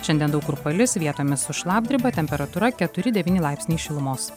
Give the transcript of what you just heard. šiandien daug kur palis vietomis su šlapdriba temperatūra keturi devyni laipsniai šilumos